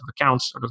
accounts